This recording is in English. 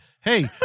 hey